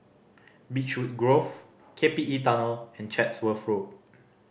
Beechwood Grove K P E Tunnel and Chatsworth Road